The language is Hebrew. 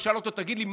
ושאל אותו: תגיד לי,